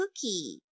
cookie